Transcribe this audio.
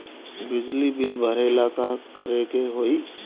बिजली बिल भरेला का करे के होई?